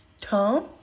Tom